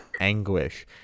anguish